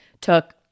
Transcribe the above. took